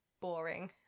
boring